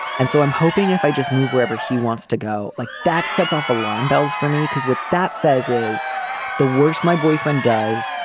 and so i'm hoping if i just move wherever he wants to go like that sets off alarm bells for me, because what that says is the worst my boyfriend does.